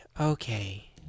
Okay